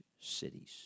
cities